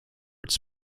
its